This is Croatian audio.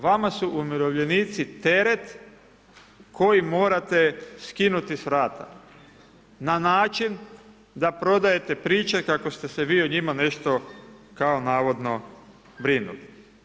Vama su umirovljenici teret koji morate skinuti s vrata na način da prodajete priče kako ste se vi o njima nešto kao navodno brinuli.